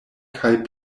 kaj